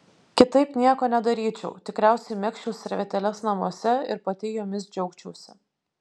kitaip nieko nedaryčiau tikriausiai megzčiau servetėles namuose ir pati jomis džiaugčiausi